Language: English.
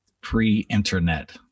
pre-internet